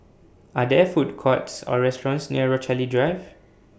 Are There Food Courts Or restaurants near Rochalie Drive